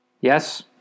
Yes